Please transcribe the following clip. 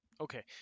okay